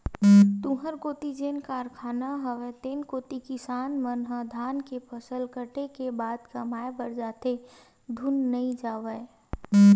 तुँहर कोती जेन कारखाना हवय तेन कोती किसान मन ह धान के फसल कटे के बाद कमाए बर जाथे धुन नइ जावय?